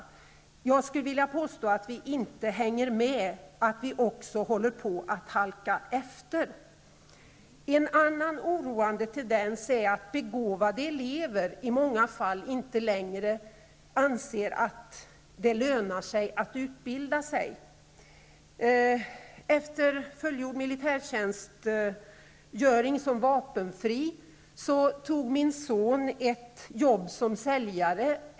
Jag påstår att vi inte hänger med utan håller på att halka efter. En annan oroande tendens är att begåvade elever i många fall inte längre anser att det lönar sig att utbilda sig. Efter fullgjord militärtjänstgöring som vapenfri tog min son ett jobb som säljare.